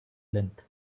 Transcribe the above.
length